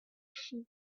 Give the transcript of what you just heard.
sheep